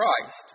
Christ